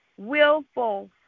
willful